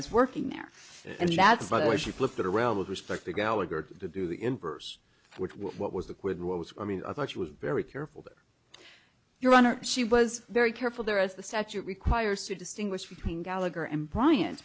working there and that's by the way she flipped it around with respect to gallagher to do the inverse what was the quid what was i mean i thought she was very careful that your honor she was very careful there as the statute requires to distinguish between gallagher and bryan